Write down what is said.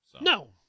No